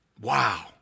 Wow